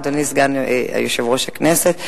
אדוני סגן יושב-ראש הכנסת.